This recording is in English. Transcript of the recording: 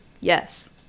Yes